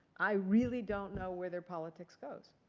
i really don't know where their politics goes.